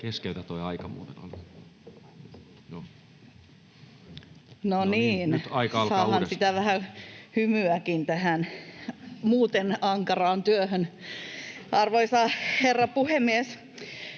Tämä on vasta seuraava! No niin, saadaan vähän hymyäkin tähän muuten ankaraan työhön. Arvoisa herra puhemies!